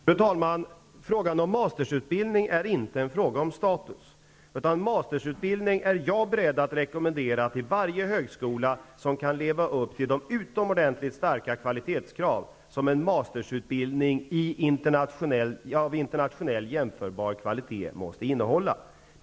Fru talman! Frågan om mastersutbildning är inte en fråga om status. Jag är beredd att rekommendera mastersutbildning till varje högskola som kan leva upp till de utomordentligt starka kvalitetskrav som en mastersutbildning av internationell jämförbar kvalitet måste uppfylla.